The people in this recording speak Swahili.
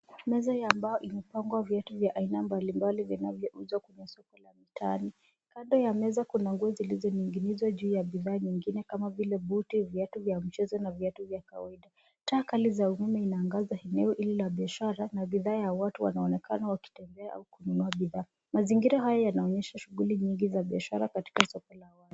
Meza ya mbao imepangwa viatu vya aina mbalimbali vinavyouzwa kwenye soko la mtaani. Kando ya meza kuna nguo zilizoning'inizwa juu ya bidhaa nyingine kama vile buti, viatu vya mchezo na viatu vya kawaida. Taa za kali za umeme inaangaza eneo hili la biashara na bidhaa za watu wanaonekana wakitembea au kununua bidhaa. Mazingira inaonyesha shughuli nyingi za biashara katika soko la wazi.